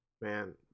Man